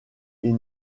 ils